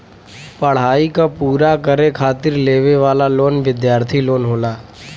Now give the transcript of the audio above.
पढ़ाई क पूरा करे खातिर लेवे वाला लोन विद्यार्थी लोन होला